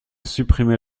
supprimé